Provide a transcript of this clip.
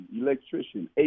electrician